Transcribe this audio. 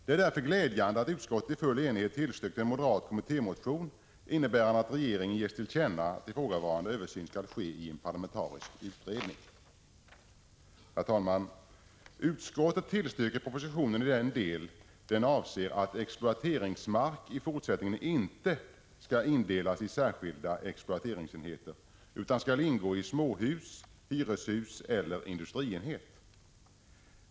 Det är därför glädjande att utskottet i full enighet har tillstyrkt en moderat kommittémotion innebärande att regeringen ges till känna att ifrågavarande översyn skall ske i en parlamentarisk utredning. Herr talman! Utskottet tillstyrker propositionen i den del där regeringen föreslår att exploateringsmark i fortsättningen inte skall indelas i särskilda exploateringsenheter utan ingå i småhus-, hyreshuseller industrienhet.